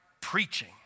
preaching